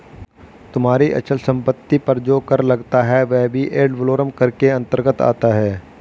तुम्हारी अचल संपत्ति पर जो कर लगता है वह भी एड वलोरम कर के अंतर्गत आता है